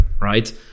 right